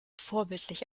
vorbildlich